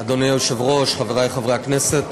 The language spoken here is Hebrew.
אדוני היושב-ראש, חברי חברי הכנסת,